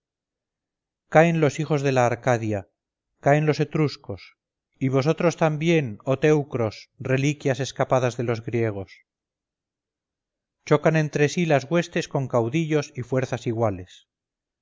caen los hijos de la arcadia caen los etruscos y vosotros también oh teucros reliquias escapadas de los griegos chocan entre sí las huestes con caudillos y fuerzas iguales